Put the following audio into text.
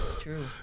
True